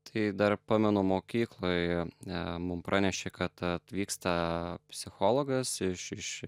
tai dar pamenu mokykloje ne mum pranešė kad atvyksta psichologas iš iš